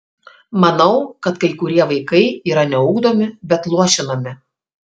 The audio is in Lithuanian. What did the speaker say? manau kad kai kurie vaikai yra ne ugdomi bet luošinami